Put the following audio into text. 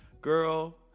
girl